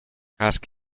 ask